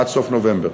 עד סוף נובמבר.